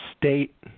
state